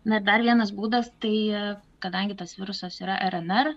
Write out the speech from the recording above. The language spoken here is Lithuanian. na dar vienas būdas tai kadangi tas virusas yra rnr